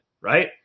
Right